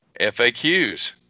FAQs